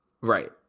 Right